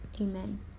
Amen